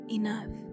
enough